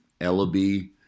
Ellaby